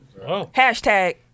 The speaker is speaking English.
Hashtag